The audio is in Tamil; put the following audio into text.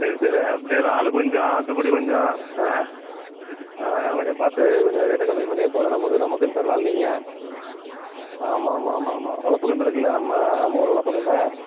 சரி சரி அப்படியே இறால் கொஞ்சம் ஆற்றுப்பொடி கொஞ்சம் ஆ கொஞ்சம் பார்த்து கொஞ்சம் ரேட்டை கம்மி பண்ணி எப்போதும் நமக்கு நமக்குன்னு தர்கிற ஆள் நீங்கள் ஆமாம் ஆமாம் ஆமாம் ஆமாம் வளர்ப்பு கெண்டை இருக்குதில்ல நம்ம நம்ம ஊர் வளர்ப்பு கெண்டை